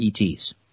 ETs